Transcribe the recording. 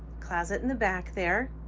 closet in the back there,